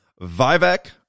Vivek